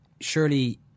surely